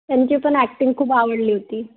त्यांची पण ॲक्टिंग खूप आवडली होती